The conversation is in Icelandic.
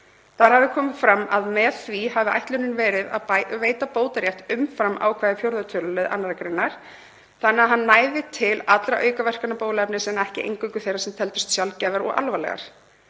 Þar hafi komið fram að með því hafi ætlunin verið að veita bótarétt umfram ákvæði 4. töluliðar 2. gr. laganna þannig að hann næði til allra aukaverkana bóluefnis en ekki eingöngu þeirra sem teldust sjaldgæfar og alvarlegar.